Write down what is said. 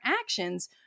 actions